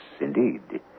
indeed